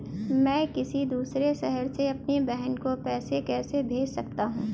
मैं किसी दूसरे शहर से अपनी बहन को पैसे कैसे भेज सकता हूँ?